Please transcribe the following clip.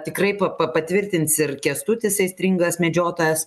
tikrai pa pa patvirtins ir kęstutis aistringas medžiotojas